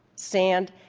sand,